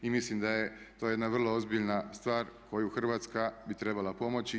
I mislim da je to jedna vrlo ozbiljna stvar koju Hrvatska bi trebala pomoći.